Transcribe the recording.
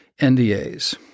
NDAs